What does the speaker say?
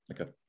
okay